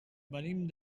venim